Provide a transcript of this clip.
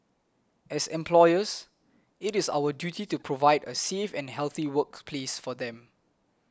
as employers it is our duty to provide a safe and healthy workplace for them